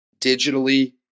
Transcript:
digitally